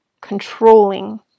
Controlling